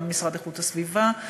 גם המשרד להגנת הסביבה,